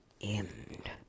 end